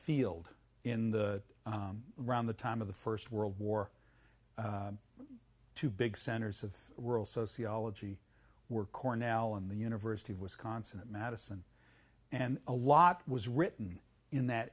field in the around the time of the first world war two big centers of rural sociology were cornell and the university of wisconsin at madison and a lot was written in that